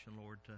Lord